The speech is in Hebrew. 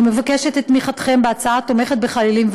אני מבקשת את תמיכתם בהצעה התומכת בחיילים,